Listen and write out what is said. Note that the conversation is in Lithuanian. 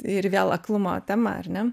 ir vėl aklumo tema ar ne